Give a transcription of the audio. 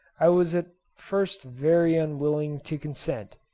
i was at first very unwilling to consent,